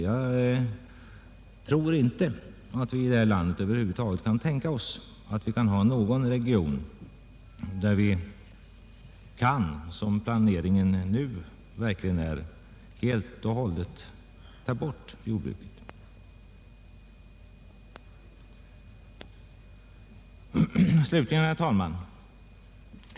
Jag tror inte att vi över huvud taget kan tänka oss någon region här i landet där vi, som planeringen nu är, helt och hållet kan ta bort jordbruket. Herr talman!